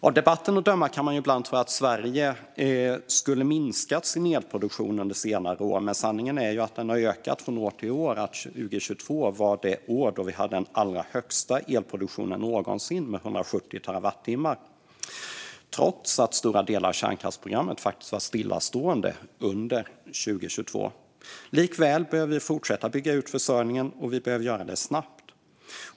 Av debatten att döma kan man ibland tro att Sverige har minskat sin elproduktion under senare år, men sanningen är att den har ökat år för år och att 2022 var det år då vi hade den allra högsta elproduktionen, 170 terawattimmar, trots att stora delar av kärnkraftsprogrammet var stillastående under året. Likväl behöver vi fortsätta att bygga ut försörjningen, och vi behöver göra det snabbt.